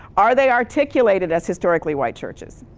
are they articulated as historically white churches?